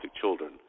children